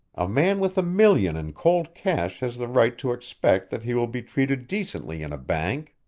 a man with a million in cold cash has the right to expect that he will be treated decently in a bank.